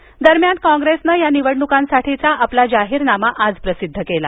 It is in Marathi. जाहीरनामा दरम्यान कॉग्रेसनं या निवडणुकांसाठीचा आपला जाहीरनामा आज प्रसिद्ध केला